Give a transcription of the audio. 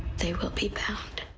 they will be bound.